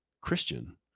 Christian